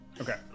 Okay